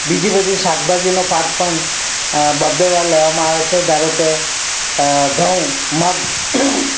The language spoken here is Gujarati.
બીજી બધી શાકભાજીનો પાક પણ બે બે વાર લેવામાં આવે છે ધારો કે ઘઉં મગ